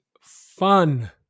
fun